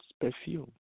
perfume